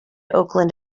oakland